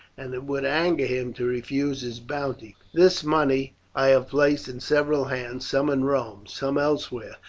and it would anger him to refuse his bounty. this money i have placed in several hands, some in rome, some elsewhere,